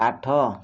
ଆଠ